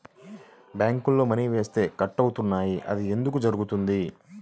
బ్యాంక్లో మని వేస్తే కట్ అవుతున్నాయి అది ఎందుకు జరుగుతోంది?